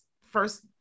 first